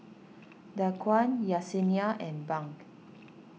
Daquan Yessenia and Bunk